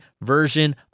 version